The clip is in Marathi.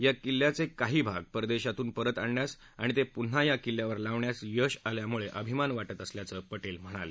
या किल्ल्याचे काही भाग परदेशातून परत आणण्यास आणि ते पून्हा या किल्ल्यावर लावण्यास यश आल्यामुळे अभिमान वाटत असल्याचं पटेल म्हणाले